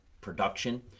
production